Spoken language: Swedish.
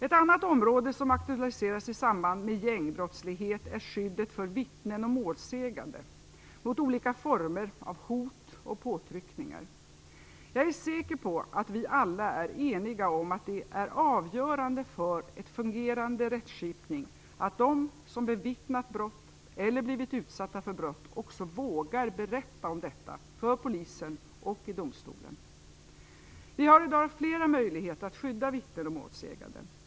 Ett annat område som aktualiseras i samband med gängbrottslighet är skyddet för vittnen och målsägande mot olika former av hot och påtryckningar. Jag är säker på att vi alla är eniga om att det är avgörande för en fungerande rättskipning att de som bevittnat brott, eller blivit utsatta för brott, också vågar berätta om detta för polisen och i domstol. Vi har i dag flera möjligheter att skydda vittnen och målsägande.